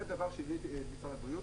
זה דבר שהעליתי למשרד הבריאות.